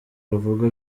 bavuga